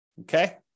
Okay